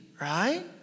right